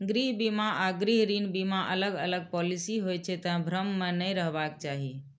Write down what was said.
गृह बीमा आ गृह ऋण बीमा अलग अलग पॉलिसी होइ छै, तें भ्रम मे नै रहबाक चाही